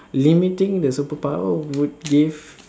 limiting the superpower would give